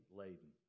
laden